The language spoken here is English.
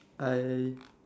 I